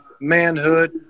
manhood